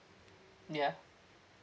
yeah